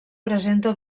presenta